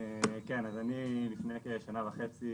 לפני כשנה וחצי